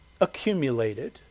accumulated